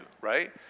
right